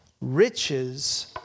riches